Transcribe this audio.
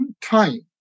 time